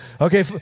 Okay